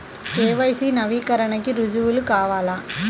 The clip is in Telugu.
కే.వై.సి నవీకరణకి రుజువు కావాలా?